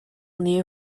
new